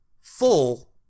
full